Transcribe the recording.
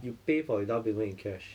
you pay for your down payment in cash